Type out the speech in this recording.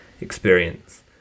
experience